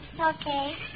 Okay